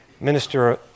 minister